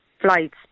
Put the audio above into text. flights